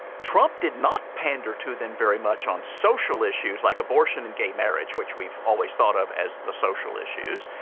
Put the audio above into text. trump did not pander to them very much on social issues like abortion and gay marriage, which we've always thought of as the social issues.